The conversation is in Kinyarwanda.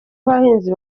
abahinzi